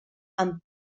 amb